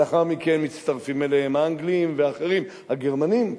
לאחר מכן מצטרפים אליהם האנגלים, ואחרים, הגרמנים,